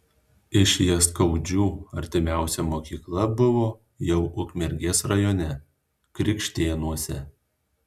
iš jaskaudžių artimiausia mokykla buvo jau ukmergės rajone krikštėnuose